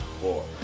four